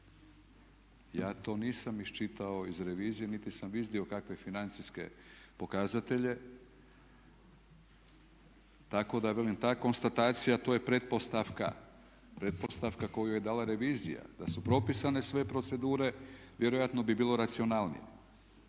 Ja to nisam iščitao iz revizije niti sam iznio kakve financijske pokazatelje, tako da velim ta konstatacija to je pretpostavka koju je dala revizija da su propisane sve procedure, vjerojatno bi bilo racionalnije.